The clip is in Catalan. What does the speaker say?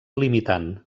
limitant